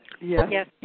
Yes